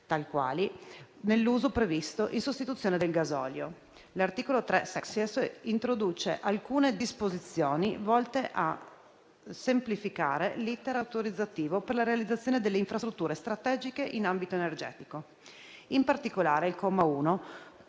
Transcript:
tal quali, nell'uso previsto in sostituzione del gasolio. L'articolo 3-*sexies* introduce alcune disposizioni volte a semplificare l'*iter* autorizzativo per la realizzazione delle infrastrutture strategiche in ambito energetico. In particolare, il comma 1,